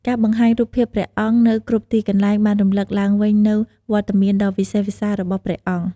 ការបង្ហាញរូបភាពព្រះអង្គនៅគ្រប់ទីកន្លែងបានរំលឹកឡើងវិញនូវវត្តមានដ៏វិសេសវិសាលរបស់ព្រះអង្គ។